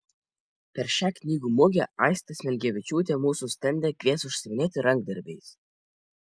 per šią knygų mugę aistė smilgevičiūtė mūsų stende kvies užsiiminėti rankdarbiais